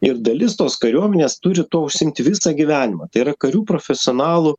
ir dalis tos kariuomenės turi tuo užsiimti visą gyvenimą tai yra karių profesionalų